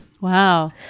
Wow